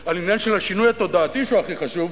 על עניין של השינוי התודעתי שהוא הכי חשוב,